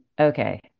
Okay